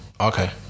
Okay